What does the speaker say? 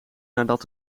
nadat